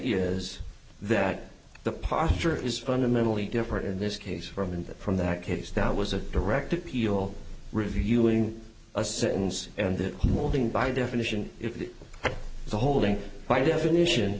is that the posture is fundamentally different in this case from and from that case that was a direct appeal reviewing a sentence and that holding by definition if the holding by definition